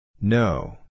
No